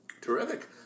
Terrific